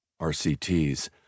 RCTs